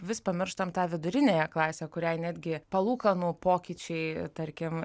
vis pamirštam tą viduriniąją klasę kuriai netgi palūkanų pokyčiai tarkim